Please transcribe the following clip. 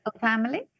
family